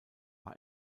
war